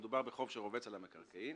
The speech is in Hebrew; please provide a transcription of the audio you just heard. כשמדובר בחוב שרובץ על המקרקעין,